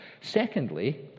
Secondly